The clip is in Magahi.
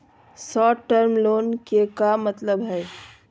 शार्ट टर्म लोन के का मतलब हई?